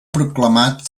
proclamat